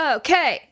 okay